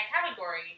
category